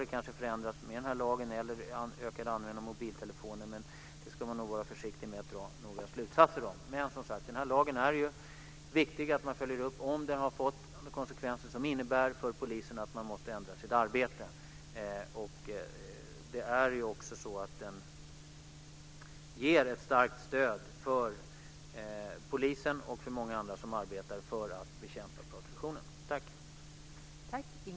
Den kan ha förändrats i och med lagen eller den ökade användningen av mobiltelefoner, men man ska vara försiktig med att dra slutsatser. Det är viktigt att följa upp om lagen har fått konsekvenser som innebär att polisen måste ändra sitt arbetssätt. Lagen ger ett starkt stöd för polisen och många andra att bekämpa prostitutionen.